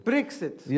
Brexit